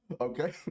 Okay